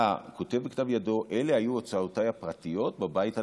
היה כותב בכתב ידו: אלה היו הוצאותיי הפרטיות בבית הלבן: